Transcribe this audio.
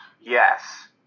Yes